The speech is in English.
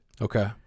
Okay